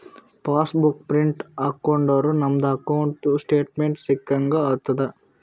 pass book print ಹಾಕೊಂಡುರ್ ನಮ್ದು ಅಕೌಂಟ್ದು ಸ್ಟೇಟ್ಮೆಂಟ್ ಸಿಕ್ಕಂಗ್ ಆತುದ್